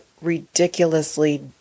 ridiculously